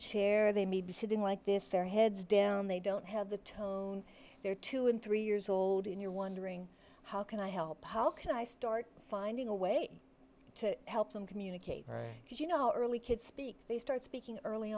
chair they may be sitting like this their heads down they don't have the tone they're two and three years old and you're wondering how can i help how can i start finding a way to help them communicate right you know early kid speak they start speaking early